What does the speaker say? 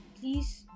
please